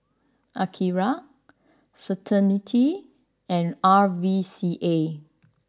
Akira Certainty and R V C A